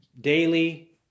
daily